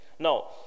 Now